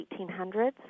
1800s